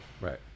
Right